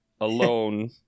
alone